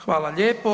Hvala lijepo.